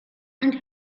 and